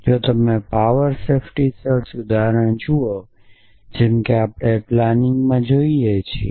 તેથી જો તમે પાવર સેફ્ટી સર્ચ ઉદાહરણ જુઓ કે જેમ કે આપણે પ્લાનિંગમાં જોઈએ છીએ